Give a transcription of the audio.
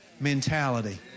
mentality